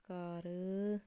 ਕਰ